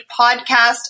podcast